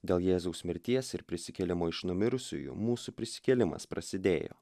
dėl jėzaus mirties ir prisikėlimo iš numirusiųjų mūsų prisikėlimas prasidėjo